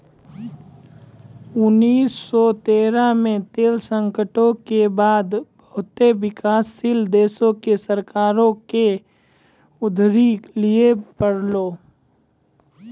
उन्नीस सौ तेहत्तर मे तेल संकटो के बाद बहुते विकासशील देशो के सरकारो के उधारी लिये पड़लै